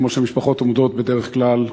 כמו שהמשפחות עומדות בדרך כלל,